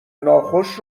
ناخوش